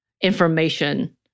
information